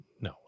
No